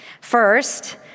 First